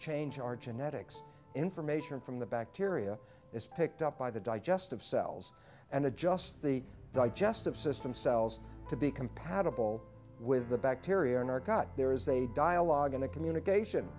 change our genetics information from the bacteria is picked up by the digestive cells and adjusts the digestive system cells to be compatible with the bacteria in our gut there is a dialogue in the communication